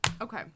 Okay